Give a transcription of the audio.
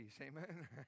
amen